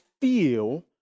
feel